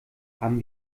haben